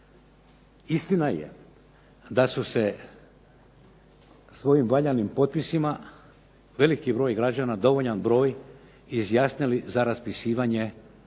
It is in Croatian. Istina je da su se svojim valjanim potpisima veliki broj građana, dovoljan broj izjasnili za raspisivanje